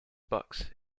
books